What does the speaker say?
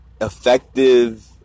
effective